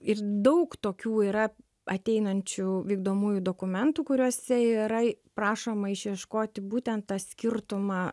ir daug tokių yra ateinančių vykdomųjų dokumentų kuriuose yra prašoma išieškoti būtent tą skirtumą